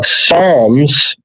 psalms